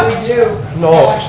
do. no,